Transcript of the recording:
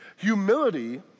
Humility